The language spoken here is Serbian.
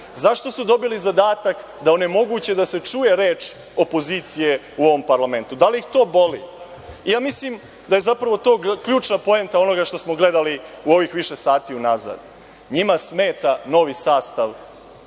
Zašto su dobili zadatak da onemoguće da se čuje reč opozicije u ovom parlamentu? Da li ih to boli? Mislim da je to zapravo ključna poenta onoga što smo gledali u ovih više sati unazad. Njima smeta novi sastav